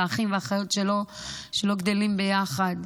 אחים ואחיות שלא גדלים ביחד.